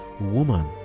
Woman